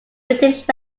british